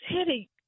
city